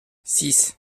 six